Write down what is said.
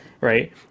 Right